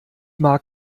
mag